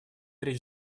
речь